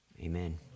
amen